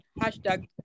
Hashtag